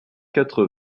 quatre